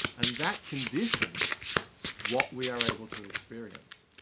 and that conditions what we are able to experience.